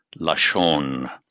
Lashon